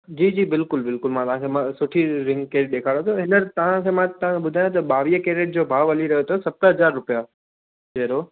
जी जी बिल्कुलु बिल्कुलु मां तव्हांखे मां सुठी रिंग केस ॾेखारंदस हीअंर तव्हांखे मां तव्हां ॿावीह कैरेट जो भाव हली रहियो अथव सतरि हज़ार रुपिया कहिड़ो